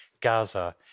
Gaza